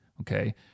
Okay